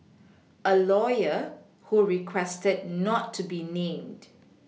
a lawyer who requested not to be named